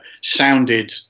sounded